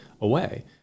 away